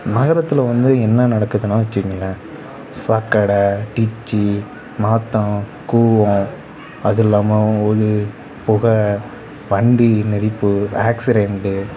நகரத்தில் வந்து என்ன நடக்குதுன்னால் வெச்சிக்கிங்களேன் சாக்கடை டிச்சு நாத்தோம் கூவம் அதுவும் இல்லாமல் ஒரு புகை வண்டி நெரிப்பு ஆக்சிரென்ட்டு